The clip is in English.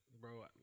bro